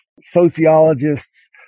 sociologists